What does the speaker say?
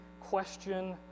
question